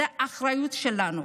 זו האחריות שלנו.